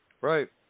Right